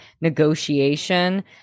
negotiation